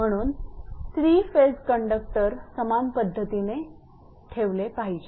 म्हणून 3 phase conductor समान पद्धतीने ठेवले पाहिजेत